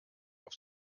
auf